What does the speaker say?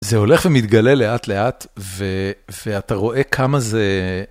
זה הולך ומתגלה לאט לאט, ואתה רואה כמה זה...